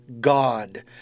God